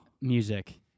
music